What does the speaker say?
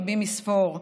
רבים מספור,